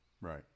Right